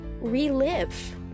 relive